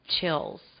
chills